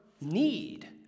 need